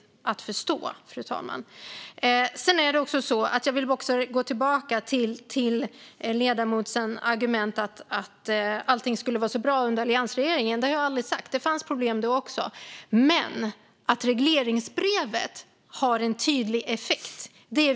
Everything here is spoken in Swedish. Jag har aldrig sagt att allt var bra under alliansregeringen, för det fanns problem då också. Men statistiken visar tydligt att regleringsbrevet har en tydlig effekt.